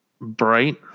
Bright